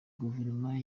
guverinoma